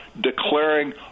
declaring